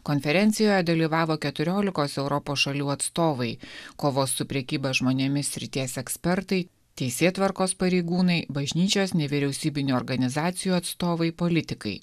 konferencijoj dalyvavo keturiolikos europos šalių atstovai kovos su prekyba žmonėmis srities ekspertai teisėtvarkos pareigūnai bažnyčios nevyriausybinių organizacijų atstovai politikai